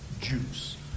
juice